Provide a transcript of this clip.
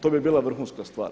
To bi bila vrhunska stvar.